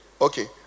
Okay